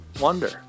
wonder